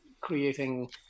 creating